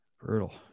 Brutal